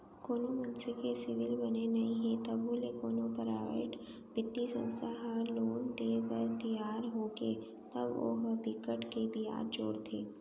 कोनो मनसे के सिविल बने नइ हे तभो ले कोनो पराइवेट बित्तीय संस्था ह लोन देय बर तियार होगे तब ओ ह बिकट के बियाज जोड़थे